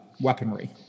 weaponry